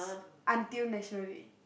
until National Day